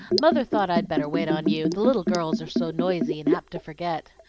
mother thought i'd better wait on you the little girls are so noisy and apt to forget.